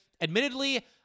Admittedly